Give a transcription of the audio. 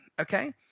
Okay